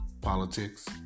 Politics